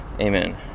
Amen